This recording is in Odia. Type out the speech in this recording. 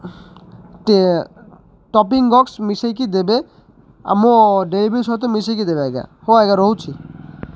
ଟେ ଟପିଂ ବକ୍ସ ମିଶାଇକି ଦେବେ ଆଉ ମୋ ଡେଲିଭରି ସହିତ ମିଶାଇକି ଦେବେ ଆଜ୍ଞା ହଉ ଆଜ୍ଞା ରହୁଛି